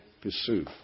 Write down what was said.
pursue